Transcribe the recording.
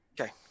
Okay